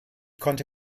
konnte